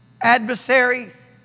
adversaries